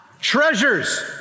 treasures